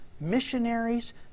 missionaries